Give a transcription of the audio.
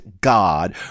God